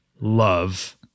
love